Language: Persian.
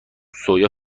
سویا